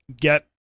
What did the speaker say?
get